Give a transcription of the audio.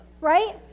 Right